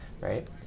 right